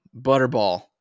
Butterball